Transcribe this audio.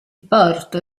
porto